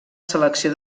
selecció